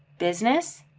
business,